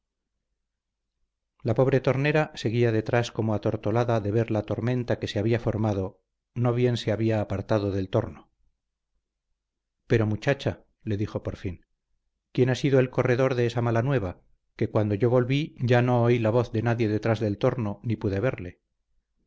la pobre tornera seguía detrás como atortolada de ver la tormenta que se había formado no bien se había apartado del torno pero muchacha le dijo por fin quién ha sido el corredor de esa mala nueva que cuando yo volví ya no oí la voz de nadie detrás del torno ni pude verle